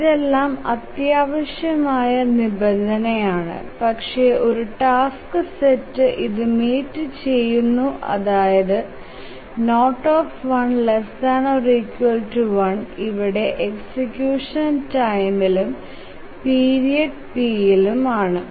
ഇതെലാം അത്യാവശ്യമായ നിബന്ധ ആണ് പക്ഷെ ഒരു ടാസ്ക് സെറ്റ് ഇത് മീറ്റ് ചെയുന്നു അതായത് ∑eipi1 ഇവിടെ എക്സിക്യൂഷൻ ടൈം eയും പീരിയഡ് pയും ആണ്